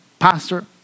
pastor